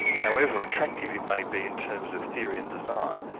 however attractive it may be in terms of theory and desire,